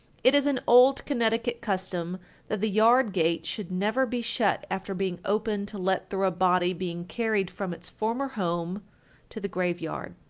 it is an old connecticut custom that the yard gate should never be shut after being opened to let through a body being carried from its former home to the graveyard.